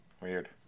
Weird